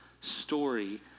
story